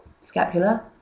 scapula